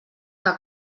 que